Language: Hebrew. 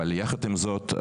אבל יחד עם זאת,